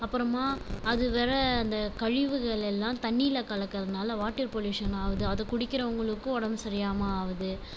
அப்புறமா அது வேறு அந்த கழிவுகள் எல்லாம் தண்ணியில் கலக்கிறதுனால வாட்டர் பொலியூஷன் ஆகுது அதை குடிக்கிறவங்களுக்கும் உடம்பு சரியாமல் ஆகுது